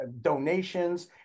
donations